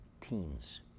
teens